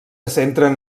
centren